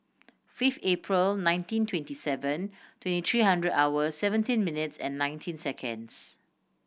fifth April nineteen twenty seven twenty three hundred hours seventeen minutes and nineteen seconds